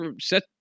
set